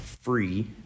free